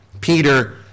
Peter